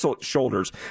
shoulders